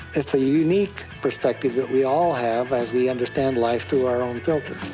it's a unique perspective that we all have as we understand life through our own filters.